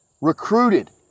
recruited